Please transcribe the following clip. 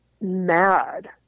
mad